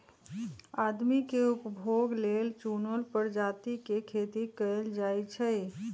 आदमी के उपभोग लेल चुनल परजाती के खेती कएल जाई छई